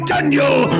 Daniel